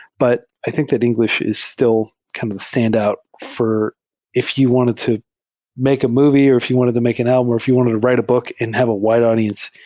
but i think that engl ish is still kind of the standout. if you wanted to make a movie or if you wanted to make an album or if you wanted to write a book and have a wide audience,